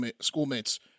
schoolmates